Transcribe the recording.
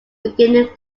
begin